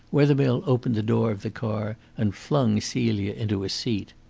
wethermill opened the door of the car and flung celia into a seat.